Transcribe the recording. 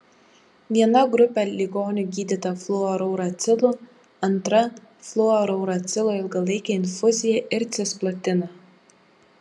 viena grupė ligonių gydyta fluorouracilu antra fluorouracilo ilgalaike infuzija ir cisplatina